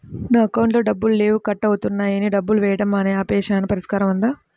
నా అకౌంట్లో డబ్బులు లేవు కట్ అవుతున్నాయని డబ్బులు వేయటం ఆపేసాము పరిష్కారం ఉందా?